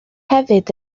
hefyd